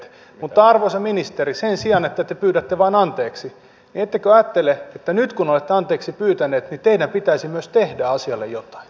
mutta arvoisa ministeri sen sijaan että te pyydätte vain anteeksi ettekö ajattele että nyt kun olette anteeksi pyytänyt teidän pitäisi myös tehdä asialle jotain